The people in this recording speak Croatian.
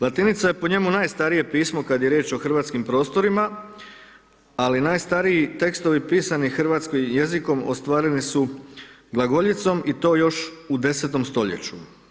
Latinica je po njemu najstarije pismo kad je riječ o hrvatskim prostorima, ali najstariji tekstovi pisani hrvatskim jezikom ostvareni su glagoljicom i to još u 10. stoljeću.